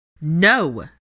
No